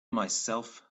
myself